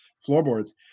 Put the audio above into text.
floorboards